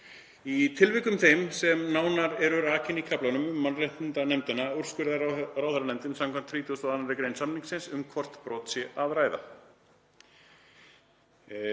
Í tilvikum þeim, sem nánar eru rakin í kaflanum um mannréttindanefndina, úrskurðar ráðherranefndin skv. 32. gr. samningsins um hvort um brot sé að ræða.“